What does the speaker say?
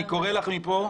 אני קורא לך מכאן,